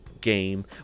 game